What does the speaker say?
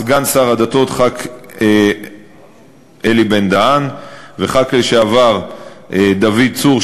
סגן שר הדתות חבר הכנסת אלי בן-דהן וחבר הכנסת לשעבר דוד צור,